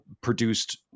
produced